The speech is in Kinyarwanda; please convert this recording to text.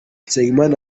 nsengimana